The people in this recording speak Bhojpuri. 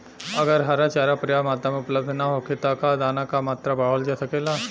अगर हरा चारा पर्याप्त मात्रा में उपलब्ध ना होखे त का दाना क मात्रा बढ़ावल जा सकेला?